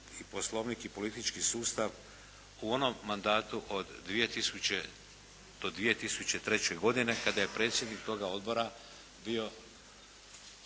Poslovnik i politički sustav u onom mandatu od 2000. do 2003. godine kada je predsjednik tog Odbora bio